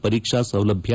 ಪರೀಕ್ಷಾ ಸೌಲಭ್ಯ